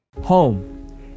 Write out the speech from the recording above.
Home